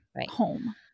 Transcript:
home